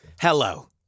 Hello